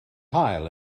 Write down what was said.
haul